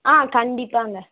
ஆ கண்டிப்பாகங்க